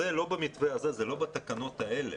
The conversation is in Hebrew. זה לא במתווה הנוכחי, זה לא בתקנות הללו.